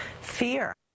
fear